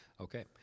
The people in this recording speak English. Okay